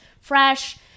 fresh